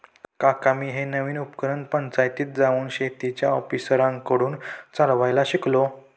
काका मी हे नवीन उपकरण पंचायतीत जाऊन शेतीच्या ऑफिसरांकडून चालवायला शिकलो